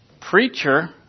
preacher